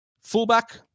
fullback